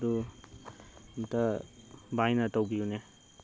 ꯑꯗꯨ ꯑꯝꯇ ꯚꯥꯏꯅ ꯇꯧꯕꯤꯌꯨꯅꯦ